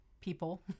people